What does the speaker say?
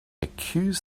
accuse